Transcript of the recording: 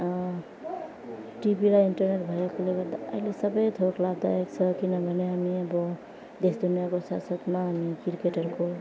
TV र internet भएकोले गर्दा अहिले सबै थोक लाभदायक छ किनभने हामी अब देश दुनियाँको साथसाथमा हामी क्रिकेटहरूको